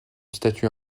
statut